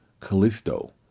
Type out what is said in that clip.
callisto